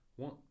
One